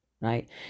right